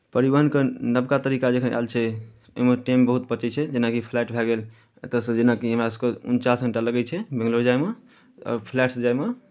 परिवहनके नवका तरीका जे एखन आयल छै एहिमे टाइम बहुत बचै छै जेनाकि फ्लाइट भए गेल एतयसँ जेनाकि हमरा सभकेँ उनचास घण्टा लगैत छै बेंगलौर जायमे आओर फ्लाइटसँ जायमे